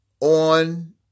on